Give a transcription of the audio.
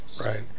right